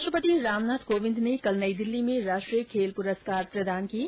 राष्ट्रपति रामनाथ कोविंद ने कल नई दिल्ली में राष्ट्रीय खेल पुरस्कार प्रदान किये